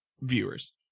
viewers